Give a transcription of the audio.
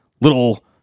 little